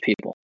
people